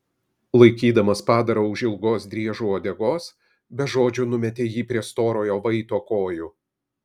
laikydamas padarą už ilgos driežo uodegos be žodžių numetė jį prie storojo vaito kojų